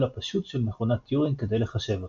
הפשוט של מכונת טיורינג כדי לחשב אותו.